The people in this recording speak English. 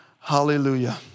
Hallelujah